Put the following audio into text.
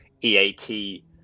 EAT